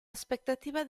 aspettative